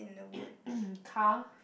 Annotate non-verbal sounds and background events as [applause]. [coughs] car